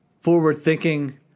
forward-thinking